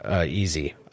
easy